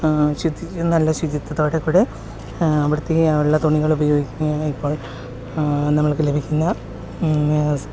ശുദ്ധി നല്ല ശുചിത്വത്തോടെ കൂടെ വൃത്തി ആയുള്ള തുണികൾ ഉപയോഗിക്കുകയും ഇപ്പോൾ നമ്മൾക്ക് ലഭിക്കുന്ന